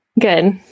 good